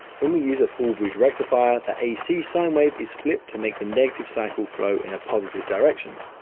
when we use a full bridge rectifier, the ac sine wave is flipped to make the negative cycle flow in a positive direction.